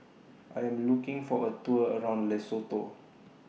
I Am looking For A Tour around Lesotho